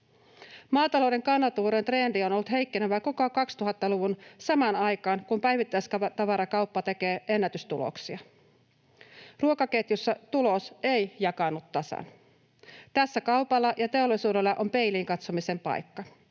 Maatalouden kannattavuuden trendi on ollut heikkenevä koko 2000-luvun, samaan aikaan kun päivittäistavarakauppa tekee ennätystuloksia. Ruokaketjussa tulos ei jakaannu tasan — tässä kaupalla ja teollisuudella on peiliin katsomisen paikka.